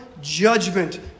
judgment